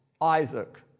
Isaac